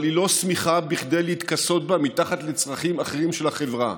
אבל היא לא שמיכה כדי להתכסות בה מתחת לצרכים אחרים של החברה,